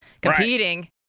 competing